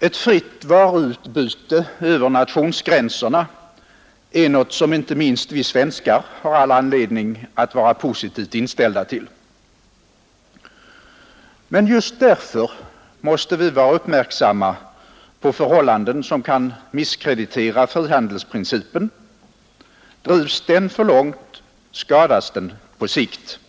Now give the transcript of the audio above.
Ett fritt varuutbyte över nationsgränserna är någonting som inte minst vi svenskar har all anledning att vara positivt inställda till. Men just därför måste vi vara uppmärksamma på förhållanden som kan misskreditera frihandelsprincipen — drivs den för långt skadas den på sikt.